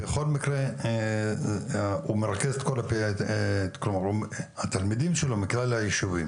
בכל מקרה התלמידים שלו הם מכלל הישובים.